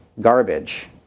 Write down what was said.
garbage